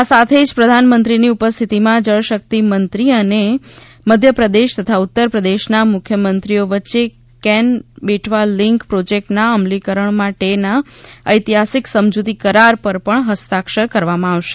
આ સાથે જ પ્રધાનમંત્રીની ઉપસ્થિતીમાં જળશક્તિ મંત્રી અને મધ્યપ્રદેશ તથા ઉત્તરપ્રદેશના મુખ્યમંત્રીઓ વચ્ચે કેન બેટવા લીંક પ્રોજેક્ટના અમલીકરણ માટેના ઐતિહાસિક સમજૂતી કરાર પર પણ હસ્તાક્ષર કરવામાં આવશે